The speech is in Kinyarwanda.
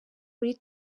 muri